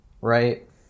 Right